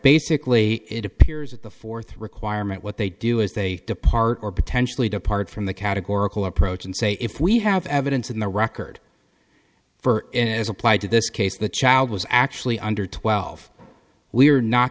basically it appears that the fourth requirement what they do is they depart or potentially depart from the categorical approach and say if we have evidence in the record for an as applied to this case the child was actually under twelve we're not